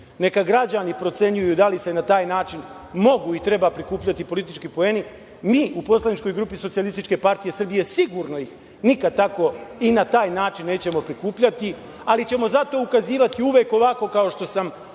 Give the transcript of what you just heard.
neka građani procenjuju da li se na taj način mogu i treba prikupljati politički poeni. Mi u poslaničkoj grupi SPS sigurno ih nikada tako i na taj način nećemo prikupljati, ali ćemo zato ukazivati uvek ovako kao što sam